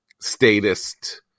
statist